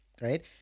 Right